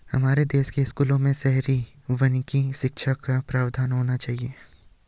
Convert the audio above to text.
हमारे देश के स्कूलों में शहरी वानिकी शिक्षा का प्रावधान होना चाहिए